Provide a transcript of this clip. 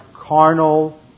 carnal